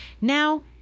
Now